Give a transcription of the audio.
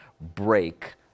break